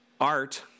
art